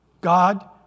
God